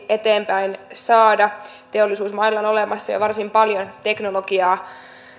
eteenpäin saada teollisuusmailla on olemassa jo varsin paljon teknologiaa